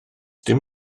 dim